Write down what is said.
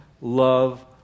love